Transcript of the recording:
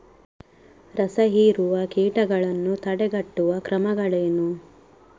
ರಸಹೀರುವ ಕೀಟಗಳನ್ನು ತಡೆಗಟ್ಟುವ ಕ್ರಮಗಳೇನು?